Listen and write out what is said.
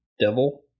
devil